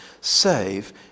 save